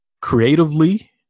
creatively